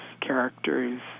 characters